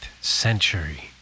century